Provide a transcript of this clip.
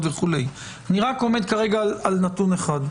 וכו'; אני רק עומד כרגע על נתון אחד,